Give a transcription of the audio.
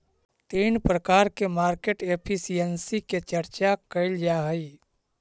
तीन प्रकार के मार्केट एफिशिएंसी के चर्चा कैल जा हई